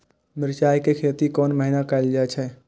मिरचाय के खेती कोन महीना कायल जाय छै?